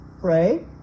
pray